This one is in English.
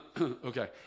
Okay